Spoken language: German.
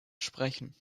sprechen